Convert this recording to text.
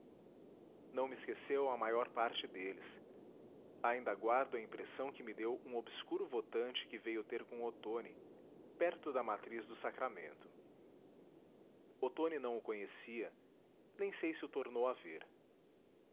não me esqueceu a maior parte deles ainda guardo a impressão que me deu um obscuro votante que veio ter com otôni perto da matriz do sacramento otôni não o conhecia nem sei se o tornou a ver